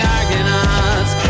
Argonauts